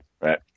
right